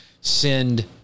send